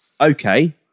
okay